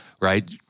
right